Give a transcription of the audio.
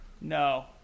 No